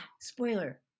spoiler